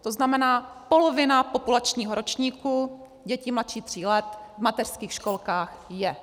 To znamená, polovina populačního ročníku děti mladších tří let v mateřských školkách je.